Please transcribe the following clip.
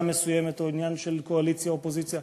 מסוימת או עניין של קואליציה אופוזיציה,